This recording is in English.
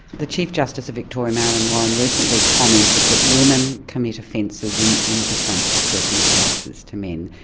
the chief justice of victoria marilyn warren recently commented that women commit offences in in different circumstances to men.